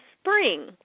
spring